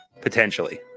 potentially